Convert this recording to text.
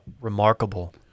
remarkable